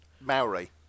Maori